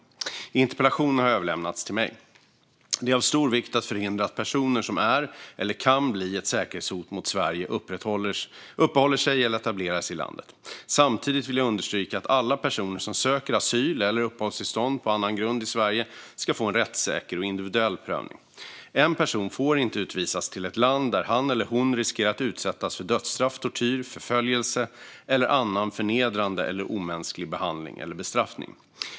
Interpellationen har överlämnats till mig. Det är av stor vikt att förhindra att personer som är eller kan bli säkerhetshot mot Sverige uppehåller sig eller etablerar sig i landet. Samtidigt vill jag understryka att alla personer som söker asyl eller uppehållstillstånd på annan grund i Sverige ska få en rättssäker och individuell prövning. En person får inte utvisas till ett land där han eller hon riskerar att utsättas för dödsstraff, tortyr, förföljelse eller annan förnedrande eller omänsklig behandling eller bestraffning.